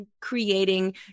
creating